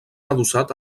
adossat